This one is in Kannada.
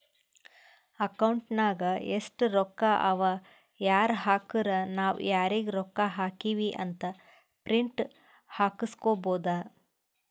ಅಕೌಂಟ್ ನಾಗ್ ಎಸ್ಟ್ ರೊಕ್ಕಾ ಅವಾ ಯಾರ್ ಹಾಕುರು ನಾವ್ ಯಾರಿಗ ರೊಕ್ಕಾ ಹಾಕಿವಿ ಅಂತ್ ಪ್ರಿಂಟ್ ಹಾಕುಸ್ಕೊಬೋದ